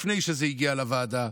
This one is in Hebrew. לפני שזה הגיע לוועדה,